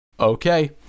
okay